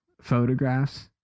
photographs